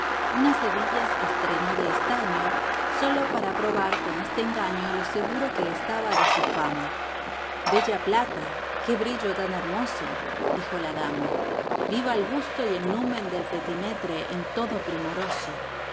unas hebillas estrenó de estaño sólo para probar con este engaño lo seguro que estaba de su fama bella plata qué brillo tan hermoso dijo la dama viva el gusto y numen del petimetre en todo primoroso